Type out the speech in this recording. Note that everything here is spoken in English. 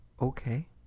Okay